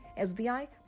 SBI